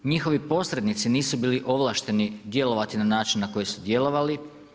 Njihovi posrednici nisu bili ovlašteni djelovati na način na koji su djelovali.